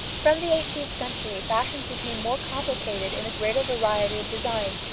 from the eighteenth century fashions became more complicated in the greater variety of design,